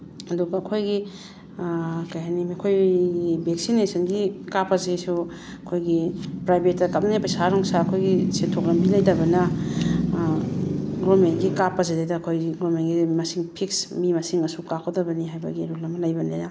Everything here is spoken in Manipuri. ꯑꯗꯨꯒ ꯑꯩꯈꯣꯏꯒꯤ ꯀꯔꯤ ꯍꯥꯏꯅꯤ ꯑꯩꯈꯣꯏꯒꯤ ꯚꯦꯛꯁꯤꯅꯦꯁꯟꯒꯤ ꯀꯥꯞꯄꯁꯤꯁꯨ ꯑꯩꯈꯣꯏꯒꯤ ꯄ꯭ꯔꯥꯏꯚꯦꯠꯇ ꯀꯥꯞꯅꯩ ꯄꯩꯁꯥ ꯅꯨꯡꯁꯥ ꯑꯩꯈꯣꯏꯒꯤ ꯁꯦꯟꯊꯣꯛ ꯂꯝꯕꯤ ꯂꯩꯇꯕꯅ ꯒꯣꯔꯃꯦꯟꯒꯤ ꯀꯥꯞꯄ ꯁꯤꯗꯩꯗ ꯑꯩꯈꯣꯏꯒꯤ ꯒꯣꯔꯃꯦꯟꯒꯤꯗꯤ ꯃꯁꯤꯡ ꯐꯤꯛꯁ ꯃꯤ ꯃꯁꯤꯡ ꯑꯁꯨꯛ ꯀꯥꯞꯀꯗꯕꯅꯤ ꯍꯥꯏꯕꯒꯤ ꯔꯨꯜ ꯑꯃ ꯂꯩꯕꯅꯤꯅ